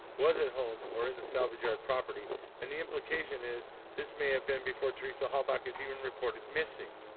was at home or in the salvage yard property and the implication is this may have been before teresa halbach is even reported missing.